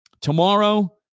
Tomorrow